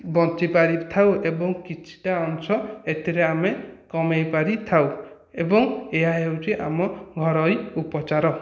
ବଞ୍ଚିପାରିଥାଉ ଏବଂ କିଛିଟା ଅଂଶ ଏଥିରେ ଆମେ କମାଇ ପାରିଥାଉ ଏବଂ ଏହା ହେଉଛି ଆମ ଘରୋଇ ଉପଚାର